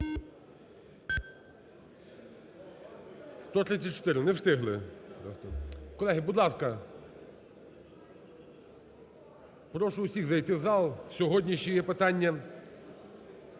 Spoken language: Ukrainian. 134. Не встигли. Колеги, будь ласка, прошу всіх зайти в зал, сьогодні ще є питання